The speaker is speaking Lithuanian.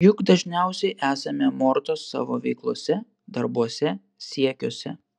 juk dažniausiai esame mortos savo veiklose darbuose siekiuose